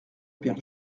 père